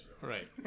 Right